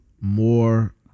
more